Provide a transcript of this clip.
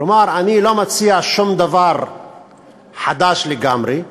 כלומר, אני לא מציע שום דבר חדש לגמרי,